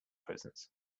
prisons